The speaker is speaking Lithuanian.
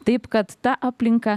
taip kad ta aplinka